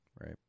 Right